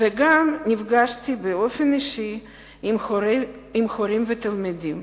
וגם נפגשתי באופן אישי עם הורים ותלמידים.